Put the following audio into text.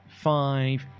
five